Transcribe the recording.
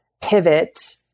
pivot